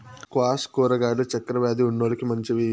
squash కూరగాయలు చక్కర వ్యాది ఉన్నోలకి మంచివి